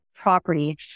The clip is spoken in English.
property